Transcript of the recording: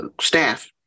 staff